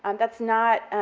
and that's not,